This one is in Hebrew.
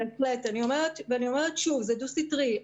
אני אומרת שוב שזה דו סטרי.